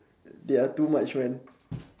they are too much man